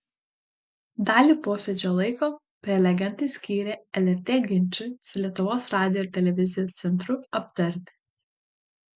dalį posėdžio laiko prelegentai skyrė lrt ginčui su lietuvos radijo ir televizijos centru aptarti